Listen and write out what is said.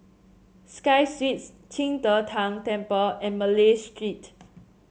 Sky Suites Qing De Tang Temple and Malay Street